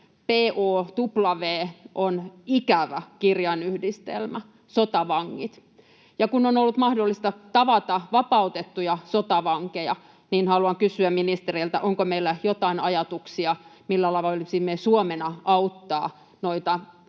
POW on ikävä kirjainyhdistelmä — sotavangit. Ja kun on ollut mahdollista tavata vapautettuja sotavankeja, niin haluan kysyä ministereiltä: onko meillä joitain ajatuksia, millä tavoin voisimme Suomena auttaa noita